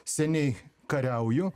seniai kariauju